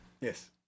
Yes